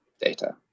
data